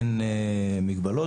אין מגבלות.